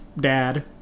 dad